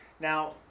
Now